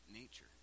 nature